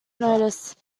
notice